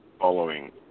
Following